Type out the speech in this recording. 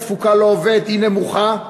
התפוקה לעובד היא נמוכה,